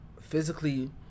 physically